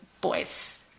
boys